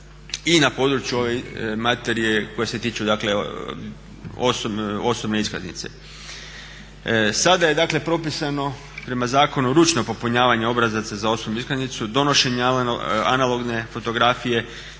i na području ove materije koje se tiču osobne iskaznice. Sada je propisano prema zakonu ručno popunjavanje obrazaca za osobnu iskaznicu, donošenja analogne fotografije